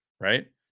right